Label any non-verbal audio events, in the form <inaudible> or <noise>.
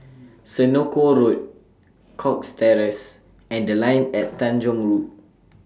<noise> Senoko Road Cox Terrace and The Line At Tanjong Rhu